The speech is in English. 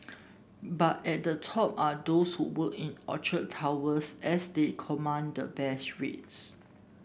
but at the top are those who work in Orchard Towers as they command the best rates